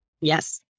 Yes